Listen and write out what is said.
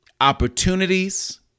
opportunities